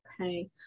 Okay